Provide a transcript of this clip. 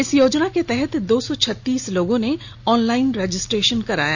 इस योजना के तहत दो सौ छत्तीस लोगों ने ऑनलाइन रजिस्ट्रेशन कराया